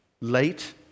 late